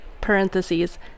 parentheses